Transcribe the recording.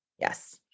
Yes